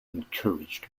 encouraged